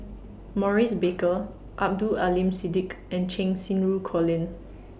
Maurice Baker Abdul Aleem Siddique and Cheng Xinru Colin